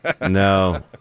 No